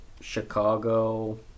Chicago